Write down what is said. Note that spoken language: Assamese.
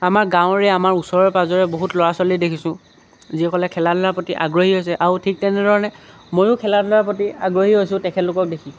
আমাৰ গাঁৱৰে আমাৰ ওচৰৰে পাঁজৰে বহুত ল'ৰা ছোৱালী দেখিছোঁ যিসকলে খেলা ধূলাৰ প্ৰতি আগ্ৰহী হৈছে আৰু ঠিক তেনেধৰণে ময়ো খেলা ধূলাৰ প্ৰতি আগ্ৰহী হৈছোঁ তেখেতলোকক দেখি